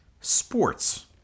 sports